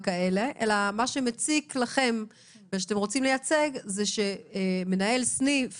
אלא מה שמציק לכם ושאתם רוצים לייצג זה שמנהל סניף